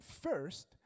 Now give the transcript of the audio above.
first